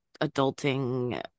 adulting